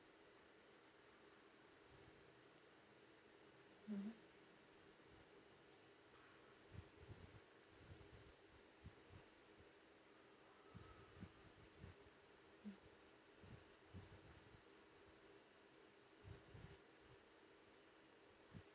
mmhmm